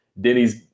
Denny's